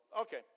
okay